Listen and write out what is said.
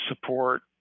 support